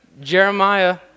Jeremiah